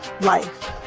life